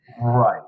Right